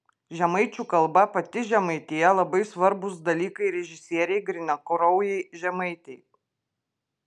žemaičių kalba pati žemaitija labai svarbūs dalykai režisierei grynakraujei žemaitei